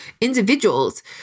individuals